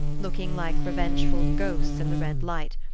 looking like revengeful ghosts in the red light,